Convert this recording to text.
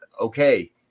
okay